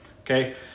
okay